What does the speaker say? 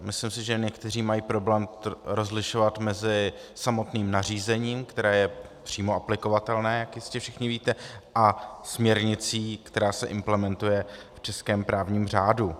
Myslím si, že někteří mají problém rozlišovat mezi samotným nařízením, které je přímo aplikovatelné, jak jistě všichni víte, a směrnicí, která se implementuje v českém právním řádu.